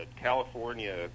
California